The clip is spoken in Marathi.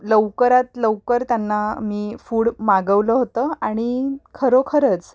लवकरात लवकर त्यांना मी फूड मागवलं होतं आणि खरोखरच